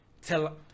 tell